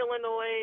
Illinois